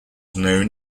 known